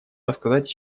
рассказать